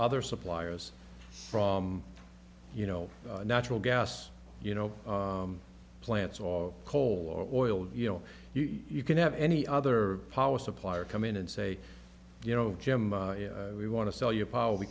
other suppliers from you know natural gas you know plants or coal or oil you know you can have any other power supplier come in and say you know jim we want to sell you power we